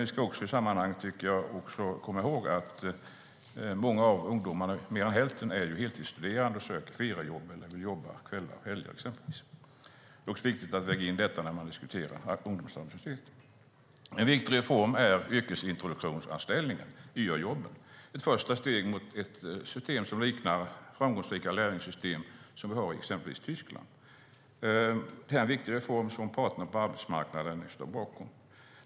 Vi ska i sammanhanget komma ihåg att många - fler än hälften - av ungdomarna är heltidsstuderande och söker feriejobb eller jobb på kvällar och helger, exempelvis. Det är viktigt att väga in detta när man diskuterar ungdomsarbetslösheten. En viktig reform är yrkesintroduktionsanställningar - YA-jobben. Det är ett första steg mot ett system som liknar de framgångsrika lärlingssystem som man har i exempelvis Tyskland. Det här är en viktig reform som parterna på arbetsmarknaden står bakom.